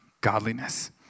godliness